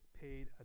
paid